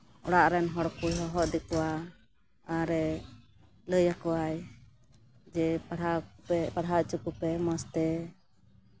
ᱚᱲᱟᱜ ᱨᱮᱱ ᱦᱚᱲ ᱠᱚᱭ ᱦᱚᱦᱚ ᱤᱫᱤ ᱠᱚᱣᱟ ᱟᱨᱮ ᱞᱟᱹᱭ ᱠᱚᱣᱟᱭ ᱡᱮ ᱯᱟᱲᱦᱟᱜ ᱯᱮ ᱯᱟᱲᱦᱟᱣ ᱦᱚᱪᱚ ᱠᱚᱯᱮ ᱢᱚᱡᱽ ᱛᱮ